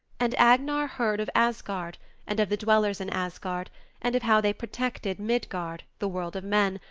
and agnar heard of asgard and of the dwellers in asgard and of how they protected midgard, the world of men,